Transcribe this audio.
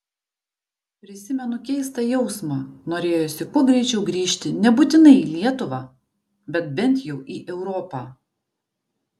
prisimenu keistą jausmą norėjosi kuo greičiau grįžti nebūtinai į lietuvą bet bent jau į europą